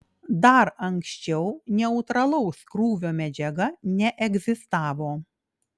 dar anksčiau neutralaus krūvio medžiaga neegzistavo